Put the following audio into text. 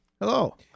Hello